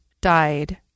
died